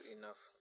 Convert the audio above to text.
enough